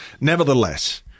Nevertheless